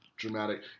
dramatic